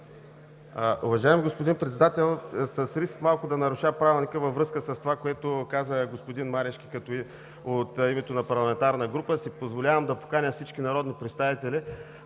Уважаеми господин Председател, с риск малко да наруша Правилника във връзка с това, което каза господин Марешки от името на парламентарна група, си позволявам да поканя всички народни представители